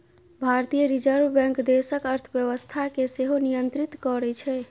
भारतीय reserve bank देशक अर्थव्यवस्था कें सेहो नियंत्रित करै छै